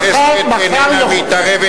הכנסת איננה מתערבת,